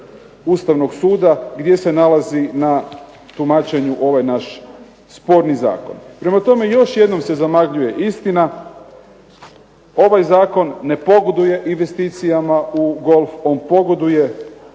Ustavnog suda gdje se nalazi na tumačenju ovaj naš sporni zakon. Prema tome, još jednom se zamagljuje istina. Ovaj zakon ne pogoduje investicijama u golf. On pogoduje